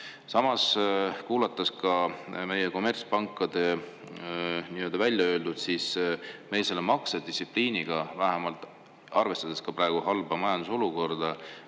Samas, kuulates ka meie kommertspankade nii-öelda välja öeldut, siis meil selle maksedistsipliiniga, vähemalt arvestades ka praegu halba majanduse olukorda,